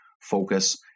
focus